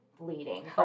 bleeding